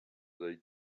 they